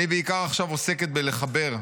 אני בעיקר עכשיו עוסקת בלחבר,